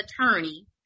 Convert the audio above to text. attorney